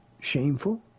shameful